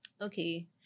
okay